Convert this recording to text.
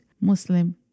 Muslim